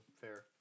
Fair